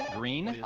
green is